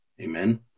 Amen